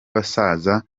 bazaza